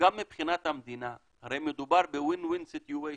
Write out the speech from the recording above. שגם מבחינת המדינה הרי מדובר ב-win win situation,